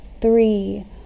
three